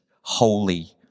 holy